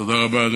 תודה רבה.